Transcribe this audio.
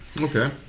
Okay